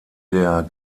der